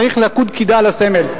צריך לקוד קידה לסמל.